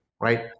right